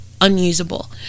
unusable